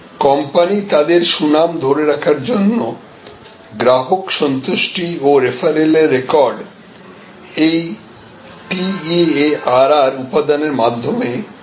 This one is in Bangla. কোম্পানি তাদের সুনাম ধরে রাখার জন্য গ্রাহক সন্তুষ্টি ও রেফারেলর রেকর্ড ওই TEARR উপাদানের মাধ্যমে তৈরি করে